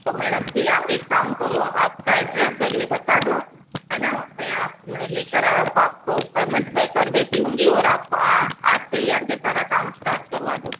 तो मैडम फिर आप एक काम करो आप का एड्रेस और ये बता दो है ना मैं अपने ले कर आप को पेमेंट पेय कर देती हूँ और आप को आज से ही आ के सारा काम स्टार्ट करवा दो